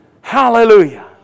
Hallelujah